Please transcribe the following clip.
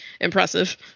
impressive